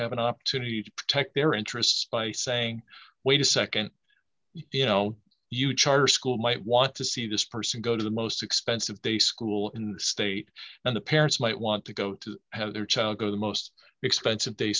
have an opportunity to protect their interests by saying wait a nd you know you charter school might want to see this person go to the most expensive day school in the state and the parents might want to go to have their child go to the most expensive